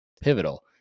pivotal